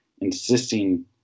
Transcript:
insisting